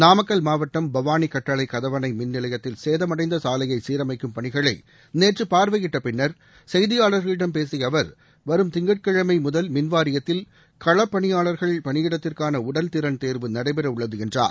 நாமக்கல் மாவட்டம் பவானி கட்டளை கதவணை மின்நிலையத்தில் சேதமடைந்த சாலையை சீரமைக்கும் பணிகளை நேற்று பார்வையிட்ட பின்னர் செய்தியாளர்களிடம் பேசிய அவர் வரும் திங்கட்கிழமை முதல் மின்வாரியத்தில் களப்பணியாளர்கள் பணியிடத்திற்கான உடல்திறன் தேர்வு நடைபெற உள்ளது என்றார்